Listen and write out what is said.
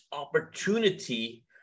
opportunity